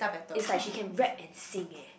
it's like she can rap and sing eh